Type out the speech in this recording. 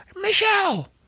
Michelle